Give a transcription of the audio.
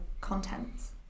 contents